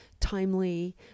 timely